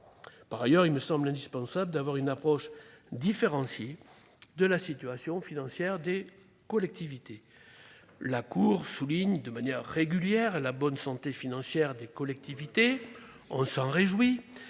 Par ailleurs, il me semble indispensable d'avoir une approche différenciée de la situation financière des collectivités. La Cour souligne de manière régulière la bonne santé financière des collectivités, mais les écarts